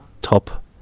top